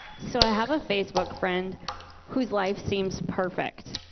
so, i have a facebook friend whose life seems perfect.